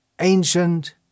ancient